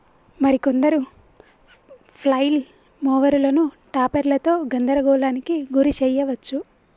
మరి కొందరు ఫ్లైల్ మోవరులను టాపెర్లతో గందరగోళానికి గురి శెయ్యవచ్చు